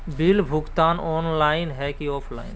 Bill भुगतान online है की ऑफलाइन?